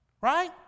Right